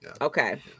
Okay